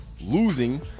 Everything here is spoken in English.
losing